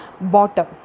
bottom